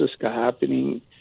happening